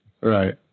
Right